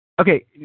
Okay